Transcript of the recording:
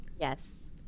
Yes